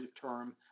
term